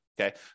Okay